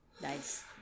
Nice